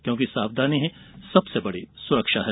क्योंकि सावधानी ही सबसे बड़ी सुरक्षा है